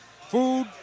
food